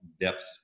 depths